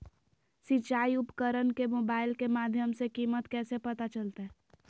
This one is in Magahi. सिंचाई उपकरण के मोबाइल के माध्यम से कीमत कैसे पता चलतय?